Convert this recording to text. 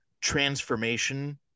transformation